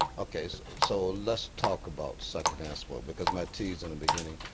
okay. so let's talk about secondhand smoke because my tease in the beginning,